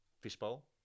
fishbowl